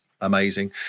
amazing